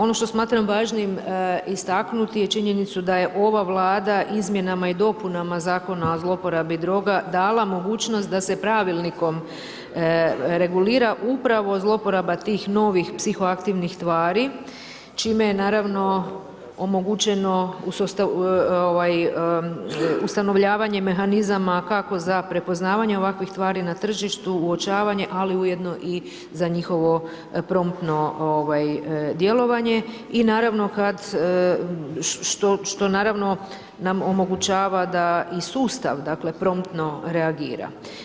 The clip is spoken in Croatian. Ono što smatram važnim istaknuti je činjenicu da je ova Vlada izmjenama i dopunama Zakona o zloporabi droga dala mogućnost da se pravilnikom regulira zloporaba tih novih psihoaktivnih tvari čime je naravno omogućeno ustanovljavanje mehanizama kako za prepoznavanje ovakvih tvari na tržištu, uočavanje, ali ujedno za njihovo promptno djelovanje i naravno što naravno nam omogućava da i sustav dakle promptno reagira.